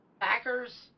Packers